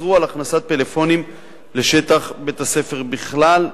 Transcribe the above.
אסרו הכנסת פלאפונים לשטח בית-הספר בכלל,